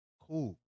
Cool